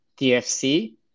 TFC